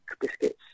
biscuits